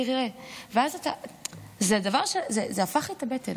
תראה, זה הפך את הבטן.